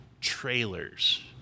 trailers